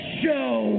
show